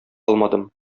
алмадым